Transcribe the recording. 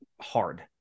hard